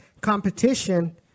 competition